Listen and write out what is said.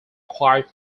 quite